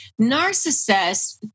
narcissists